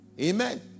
Amen